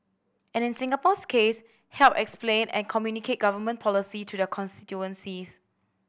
and in Singapore's case help explain and communicate Government policy to their constituencies